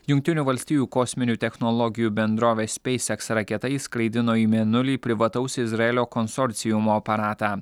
jungtinių valstijų kosminių technologijų bendrovės speis eks raketa išskraidino į mėnulį privataus izraelio konsorciumo aparatą